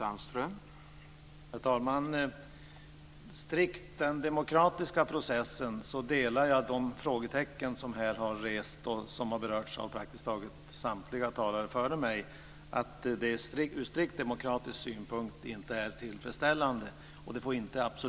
Herr talman! Vad gäller den strikt demokratiska processen delar jag de frågetecken som här har rests och som har berörts av praktiskt taget samtliga talare före mig. Det är ur strikt demokratisk synpunkt inte tillfredsställande.